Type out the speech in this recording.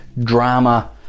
drama